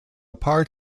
part